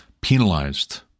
penalized